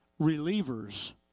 relievers